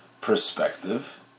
perspective